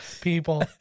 people